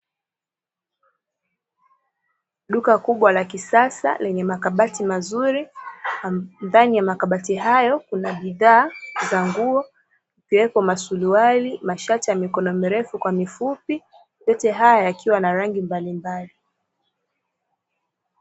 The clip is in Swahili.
Duka kubwa la kisasa lenye makabati mazuri ndani ya makabati hayo kuna bidhaa za nguo ikiwemo masuruali, mashati ya mikono mirefu kwa mifupi yote haya yakiwa na rangi mbalimbali.